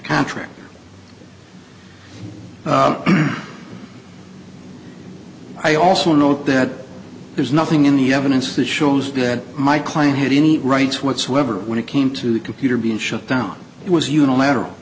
contractor i also note that there's nothing in the evidence that shows that my client had any rights whatsoever when it came to the computer being shut down it was unilateral